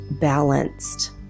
balanced